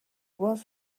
was